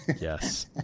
Yes